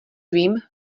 vím